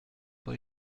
pas